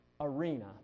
arena